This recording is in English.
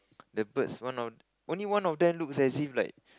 the birds one of only one of them looks as if like